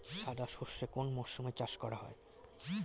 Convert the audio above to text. সাদা সর্ষে কোন মরশুমে চাষ করা হয়?